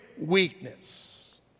weakness